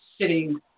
sitting